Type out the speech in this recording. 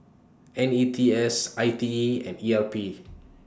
N E T S I T E and E R P